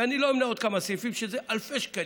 ואני לא אמנה עוד כמה סעיפים, שזה אלפי שקלים.